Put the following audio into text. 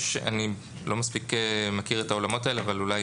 אני לא מספיק מכיר את העולמות האלה אבל אולי